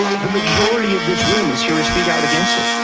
the majority of this room is here to speak out against it,